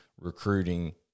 recruiting